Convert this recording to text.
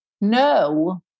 no